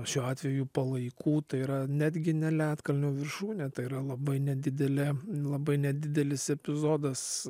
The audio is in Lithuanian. šiuo atveju palaikų tai yra netgi ne ledkalnio viršūnė tai yra labai nedidelė labai nedidelis epizodas